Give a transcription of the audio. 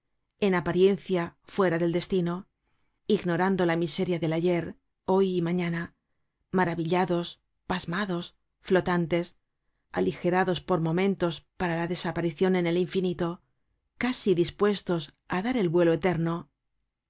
en apariencia fuera del destino ignorando la miseria del ayer hoy y mañana maravillados pasmados flotantes aligerados por momentos para la desaparicion en el infinito casi dispuestos á dar el vuelo eterno